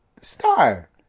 star